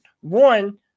one